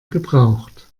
gebraucht